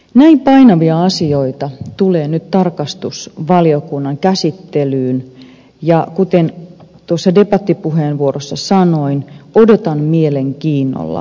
näin painavia asioita tulee nyt tarkastusvaliokunnan käsittelyyn ja kuten debattipuheenvuorossa sanoin odotan mielenkiinnolla sitä mietintöä